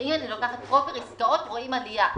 אם אני לוקחת פרופר עסקאות, רואים עלייה.